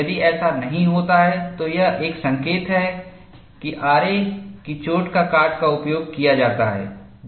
यदि ऐसा नहीं होता है तो यह एक संकेत है कि आरे की चोट का काट का उपयोग किया जाता है जो वांछनीय नहीं है